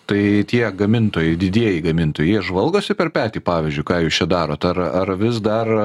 tai tie gamintojai didieji gamintojai jie žvalgosi per petį pavyzdžiui ką jūs čia darot ar ar vis dar